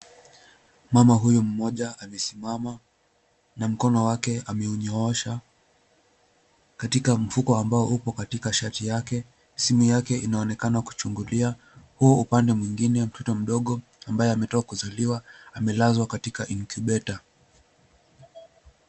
Mama huyu mmoja amesimama, na mkono wake ameunyoosha, katika mfuko ambao upo katika shati yake. Simu yake inaonekana kuchungulia, huu upande mwingine mtoto mdogo, ambaye ametoka kuzaliwa, amelazwa katika incubator .